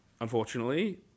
unfortunately